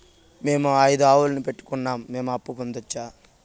మేము ఐదు ఆవులని పెట్టుకున్నాం, మేము అప్పు పొందొచ్చా